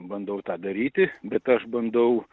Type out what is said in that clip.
bandau tą daryti bet aš bandau